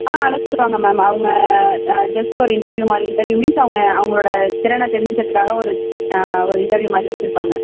ஆ அழைச்சிகிட்டு வாங்க மேம் அவங்க ஜஸ்ட் ஒரு இன்டர்வியூ மாதிரி இன்டர்வீயூ மீன்ஸ் அவங்க அவங்களோட திறனை தெரிஞ்சுக்கறதுக்காக ஒரு ஒரு இன்டர்வியூ மாதிரி வச்சுருப்பாங்க